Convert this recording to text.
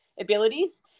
abilities